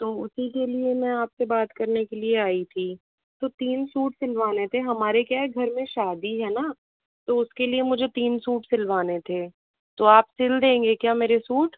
तो उसी के लिए मैं आपसे बात करने के लिए आई थी तो तीन सूट सिलवाने थे हमारे क्या है घर में शादी है ना तो उसके लिए मुझे तीन सूट सिलवाने थे तो आप सिल देंगे क्या मेरे सूट